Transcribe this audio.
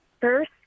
first